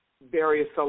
various